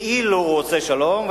כאילו הוא עושה שלום,